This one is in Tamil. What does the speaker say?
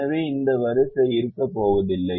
எனவே எந்த வரியும் இருக்கப்போவதில்லை